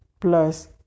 plus